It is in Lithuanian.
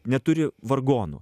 neturi vargonų